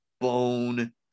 bone